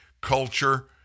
culture